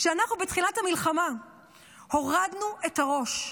כשאנחנו בתחילת המלחמה הורדנו את הראש,